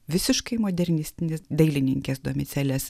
visiškai modernistinis dailininkės domicelės